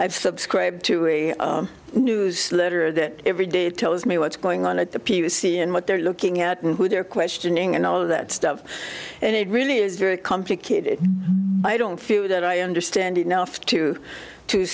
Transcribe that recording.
i've subscribed to a newsletter that every day tells me what's going on at the p c and what they're looking at and who they're questioning and all of that stuff and it really is very complicated i don't feel that i understand enough to to